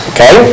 Okay